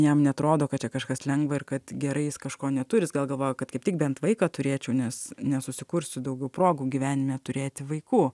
jam neatrodo kad čia kažkas lengva ir kad gerai jis kažko neturi jis gal galvoja kad kaip tik bent vaiką turėčiau nes nesusikursiu daugiau progų gyvenime turėti vaikų